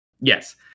Yes